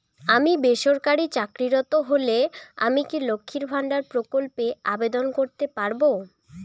আমি বেসরকারি চাকরিরত হলে আমি কি লক্ষীর ভান্ডার প্রকল্পে আবেদন করতে পারব?